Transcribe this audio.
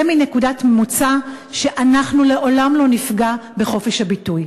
מנקודת מוצא שאנחנו לעולם לא נפגע בחופש הביטוי.